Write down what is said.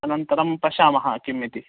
अनन्तरं पश्यामः किम् इति